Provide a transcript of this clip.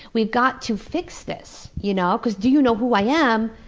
we've got to fix this. you know because do you know who i am?